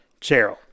cheryl